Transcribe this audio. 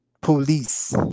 Police